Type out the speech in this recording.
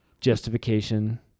justification